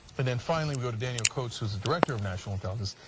and then finally we go to daniel coats, as the director of national intelligence,